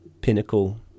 pinnacle